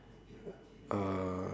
uh